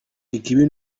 ikibi